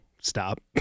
Stop